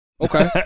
okay